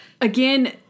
again